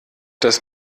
das